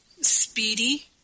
speedy